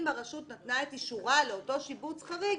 הרשות נתנה את אישורה לאותו שיבוץ חריג,